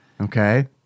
okay